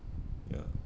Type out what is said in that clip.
ya